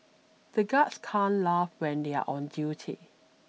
the guards can't laugh when they are on duty